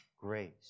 grace